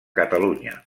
catalunya